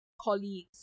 colleagues